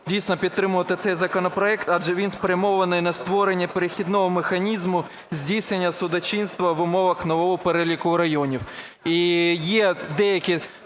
дійсно підтримувати цей законопроект, адже він спрямований на створення перехідного механізму здійснення судочинства в умовах нового переліку районів.